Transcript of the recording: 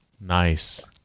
nice